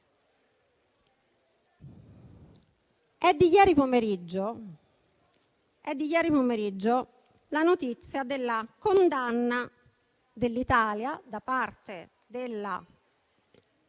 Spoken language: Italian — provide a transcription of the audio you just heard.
È di ieri pomeriggio la notizia della condanna dell'Italia da parte della